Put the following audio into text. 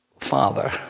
Father